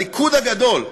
הליכוד הגדול,